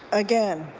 again,